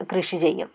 കൃഷി ചെയ്യും